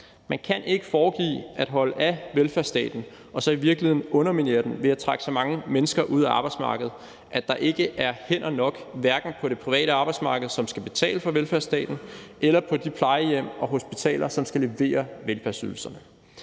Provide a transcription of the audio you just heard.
Man kan ikke foregive at holde af velfærdsstaten og så i virkeligheden underminere den ved at trække så mange mennesker ud af arbejdsmarkedet, at der ikke er hænder nok, hverken på det private arbejdsmarked, som skal betale for velfærdsstaten, eller på de plejehjem og hospitaler, som skal levere velfærdsydelserne.